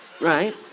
Right